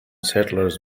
settlers